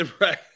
right